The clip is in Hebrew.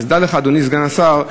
אז דע לך, אדוני סגן השר,